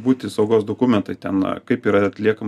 būti saugos dokumentai ten kaip yra atliekama